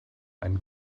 ein